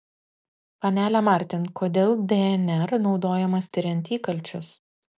panele martin kodėl dnr naudojamas tiriant įkalčius